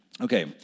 Okay